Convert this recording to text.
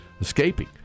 escaping